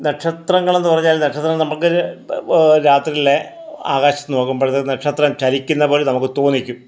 നക്ഷത്രങ്ങൾ എന്ന് പറഞ്ഞാൽ നക്ഷത്രങ്ങൾ നമുക്ക് രാത്രിയിലെ ആകാശത്ത് നോക്കുമ്പോഴത്തേക്ക് നക്ഷത്രം ചലിക്കുന്നത് പോലെ നമുക്ക് തോന്നിക്കും